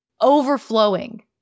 overflowing